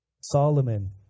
Solomon